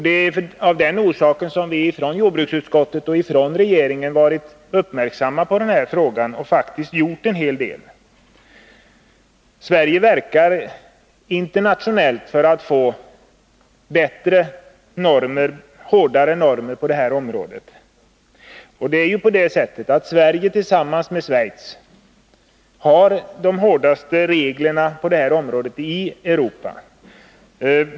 Det är av den anledningen jordbruksutskottet och regeringen varit uppmärksamma på den här frågan och faktiskt gjort en hel del. Sverige verkar internationellt för att få hårdare normer på det här området. Sverige har tillsammans med Schweiz de hårdaste reglerna på det här området i Europa.